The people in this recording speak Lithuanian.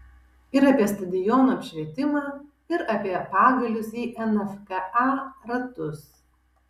ir apie stadionų apšvietimą ir apie pagalius į nfka ratus